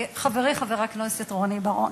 חברי חבר הכנסת רוני בר-און.